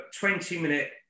20-minute